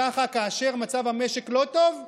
ככה, כאשר מצב המשק לא טוב,